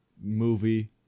movie